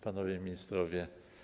Panowie Ministrowie!